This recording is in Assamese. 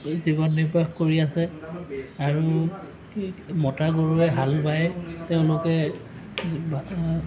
জীৱন নিৰ্বাহ কৰি আছে আৰু মতা গৰুৱে হাল বাই তেওঁলোকে